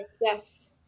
yes